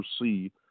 see